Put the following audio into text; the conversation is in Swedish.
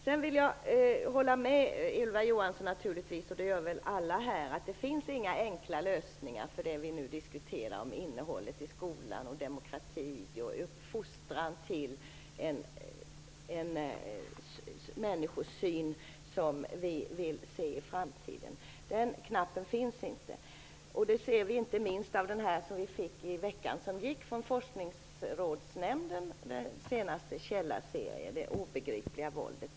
Jag vill naturligtvis hålla med Ylva Johansson om, och det gör väl alla här, att det inte finns några enkla lösningar för det vi nu diskuterar: innehållet i skolan, demokrati och uppfostran till en människosyn som vi vill se i framtiden. Den knappen finns inte. Det ser vi inte minst av den skrift vi fick i veckan som gick från Forskningsrådsnämnden, Det obegripliga våldet.